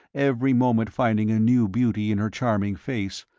every moment finding a new beauty in her charming face,